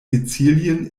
sizilien